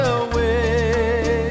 away